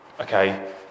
okay